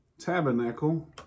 Tabernacle